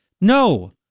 No